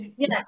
Yes